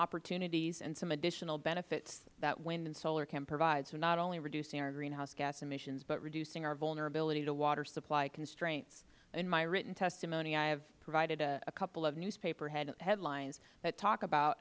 opportunities and some additional benefits that wind and solar can provide so not only reducing our greenhouse gas emissions but reducing our vulnerability to water supply constraints in my written testimony i have provided a couple of newspaper headlines that talk about